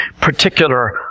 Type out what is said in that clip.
particular